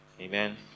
Amen